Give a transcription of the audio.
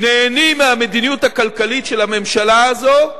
נהנים מהמדיניות הכלכלית של הממשלה הזאת,